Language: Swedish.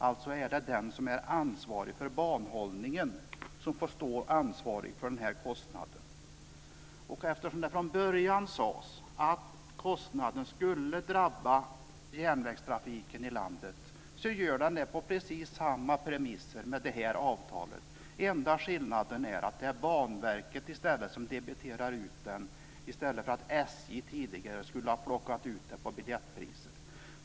Alltså är det den som är ansvarig för banhållningen som får stå för kostnaden. Eftersom det från början sades att kostnaden skulle drabba järnvägstrafiken i landet gör den det på precis samma premisser i det här avtalet. Den enda skillnaden är att det är Banverket som debiterar den i stället för SJ, som tidigare skulle ha plockat ut den på biljettpriset.